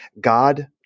God